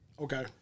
Okay